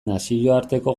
nazioarteko